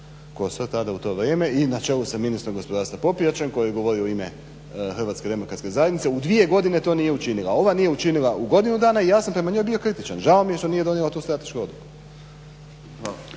Kosor tada u to vrijeme i na čelu sa ministrom gospodarstva Popijačem koji je govorio u ime HDZ-a, u dvije godine to nije učinila. Ova nije učinila u godinu dana i ja sam prema njoj bio kritičan, žao mi je što nije donijela tu stratešku odluku.